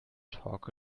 talk